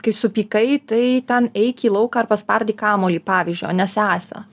kai supykai tai ten eik į lauką ar paspardyk kamuolį pavyzdžiu o ne sesę